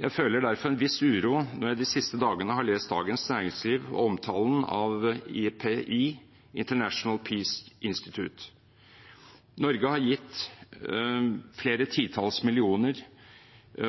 Jeg føler derfor en viss uro når jeg de siste dagene har lest Dagens Næringsliv og omtalen av IPI, International Peace Institute. Norge har gitt flere titalls millioner kroner